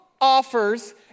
offers